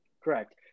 Correct